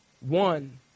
One